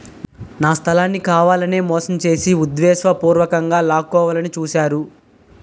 నా స్థలాన్ని కావాలనే మోసం చేసి ఉద్దేశపూర్వకంగా లాక్కోవాలని చూశారు